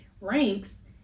ranks